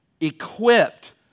equipped